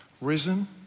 Risen